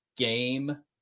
game